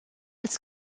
als